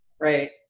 right